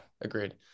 agreed